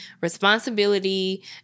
responsibility